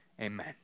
amen